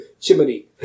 Chimney